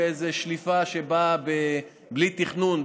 בשליפה שבאה בלי תכנון,